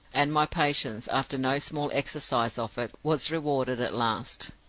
and my patience, after no small exercise of it, was rewarded at last.